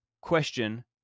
question